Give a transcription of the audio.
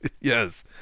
Yes